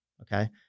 Okay